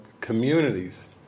communities